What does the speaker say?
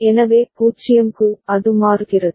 எனவே 0 க்கு அது மாறுகிறது